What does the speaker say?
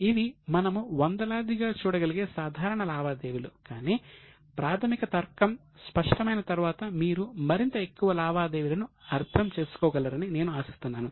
ఇవి మనము వందలాదిగా చూడగలిగే సాధారణ లావాదేవీలు కానీ ప్రాథమిక తర్కం స్పష్టమైన తర్వాత మీరు మరింత ఎక్కువ లావాదేవీలను అర్థం చేసుకోగలరని నేను ఆశిస్తున్నాను